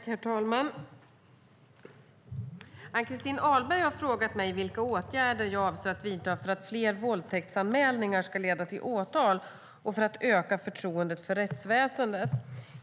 Herr talman! Ann-Christin Ahlberg har frågat mig vilka åtgärder jag avser att vidta för att fler våldtäktsanmälningar ska leda till åtal och för att öka förtroendet för rättsväsendet.